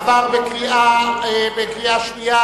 עברה בקריאה שנייה.